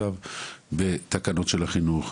לעסוק בתקנות בחינוך,